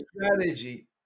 Strategy